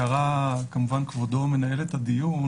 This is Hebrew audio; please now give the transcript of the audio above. הערה: אמנם כבודו מנהל את הדיון,